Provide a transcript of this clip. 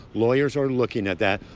lawyers are looking at that,